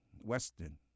Weston